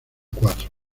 cuatro